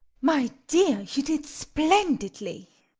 my dear, you did splendidly,